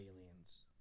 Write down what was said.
aliens